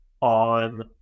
on